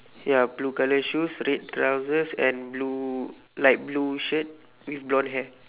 ya blue colour shoes red trousers and blue light blue shirt with blonde hair